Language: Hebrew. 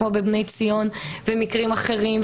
כמו בבני ציון ומקרים אחרים,